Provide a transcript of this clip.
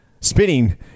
Spinning